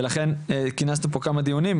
ולכן כינסנו פה כמה דיונים,